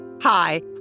Hi